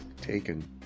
taken